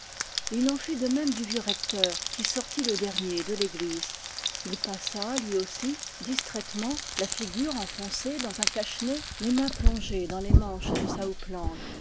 il en fut de même du vieux recteur qui sortit le dernier de l'église il passa lui aussi distraitement la figure enfoncée dans un cache-nez les mains plongées dans les manches de sa